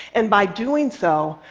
and by doing so,